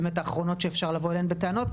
באמת האחרונות שאפשר לבוא אליהן בטענות,